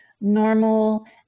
normal